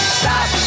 stop